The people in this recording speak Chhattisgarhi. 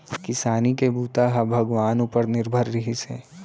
किसानी के बूता ह भगवान उपर निरभर रिहिस हे